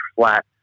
flat